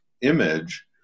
image